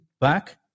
back